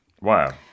Wow